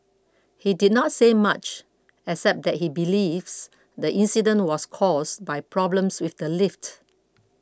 he did not say much except that he believes the incident was caused by problems with the lift